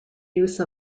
use